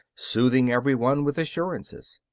soothing every one with assurances.